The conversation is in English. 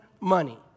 money